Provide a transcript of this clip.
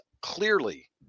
clearly